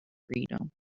freedom